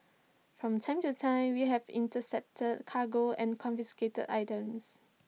from time to time we have intercepted cargo and confiscated items